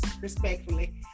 respectfully